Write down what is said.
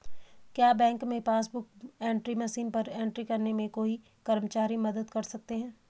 क्या बैंक में passbook book entry machine पर एंट्री करने में कोई कर्मचारी मदद कर सकते हैं?